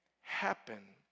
happen